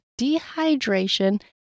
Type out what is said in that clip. dehydration